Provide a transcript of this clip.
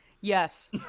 Yes